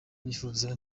nifuza